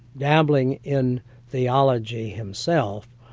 dabbling in theology himself,